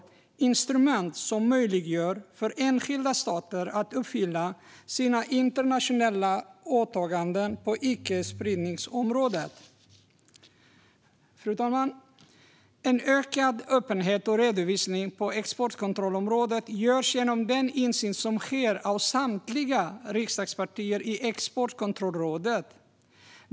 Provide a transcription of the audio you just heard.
Och det krävs instrument som möjliggör för enskilda stater att uppfylla sina internationella åtaganden på icke-spridningsområdet. Fru talman! Ökad öppenhet och redovisning på exportkontrollområdet fås genom den insyn som sker genom samtliga riksdagspartier i Exportkontrollrådet.